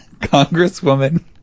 Congresswoman